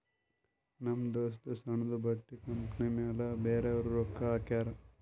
ನಮ್ ದೋಸ್ತದೂ ಸಣ್ಣುದು ಬಟ್ಟಿ ಕಂಪನಿ ಮ್ಯಾಲ ಬ್ಯಾರೆದವ್ರು ರೊಕ್ಕಾ ಹಾಕ್ಯಾರ್